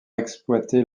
exploiter